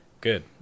Good